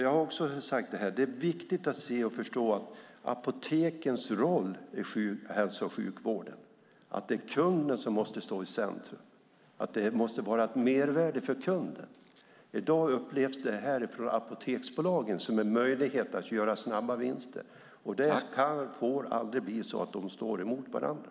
Jag har också sagt att det är viktigt att se och förstå apotekens roll i hälso och sjukvården, att det är kunden som måste stå i centrum och att det måste vara ett mervärde för kunden. I dag upplevs det här från apoteksbolagen som en möjlighet att göra snabba vinster, och det får aldrig bli så att de står emot varandra.